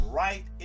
right